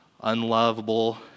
unlovable